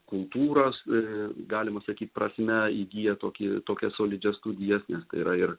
kultūros galima sakyt prasme įgyja tokį tokias solidžias studijas nes tai yra ir